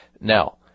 now